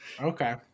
okay